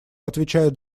отвечают